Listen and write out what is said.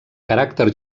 caràcter